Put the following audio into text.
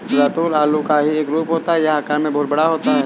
रतालू आलू का ही एक रूप होता है यह आकार में बहुत बड़ा होता है